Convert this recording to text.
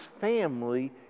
family